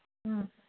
ꯎꯝ